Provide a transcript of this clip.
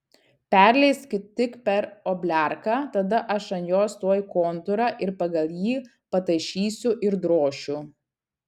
perleisk tik per obliarką tada aš ant jos tuoj kontūrą ir pagal jį patašysiu ir drošiu